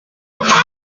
edificio